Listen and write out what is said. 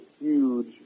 huge